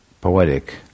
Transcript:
poetic